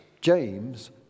James